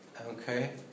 okay